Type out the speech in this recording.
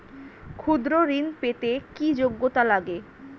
ক্ষুদ্র ঋণ পেতে কি যোগ্যতা লাগে?